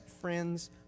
friends